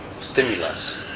stimulus